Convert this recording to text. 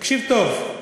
------ תקשיב טוב,